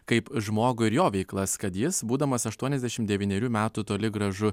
kaip žmogų ir jo veiklas kad jis būdamas aštuoniasdešim devynerių metų toli gražu